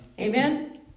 Amen